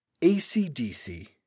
ACDC